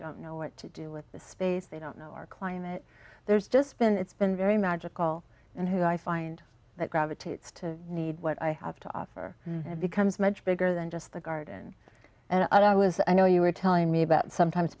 don't know what to do with the space they don't know our climate there's just been it's been very magical and who i find that gravitates to need what i have to offer becomes much bigger than just the garden and i was i know you were telling me about sometimes